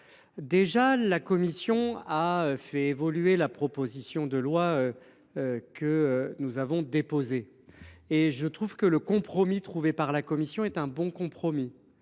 déjà, la commission a fait évoluer la proposition de loi que nous avions déposée. J’estime que le compromis trouvé par la commission est un bon compromis.